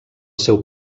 seu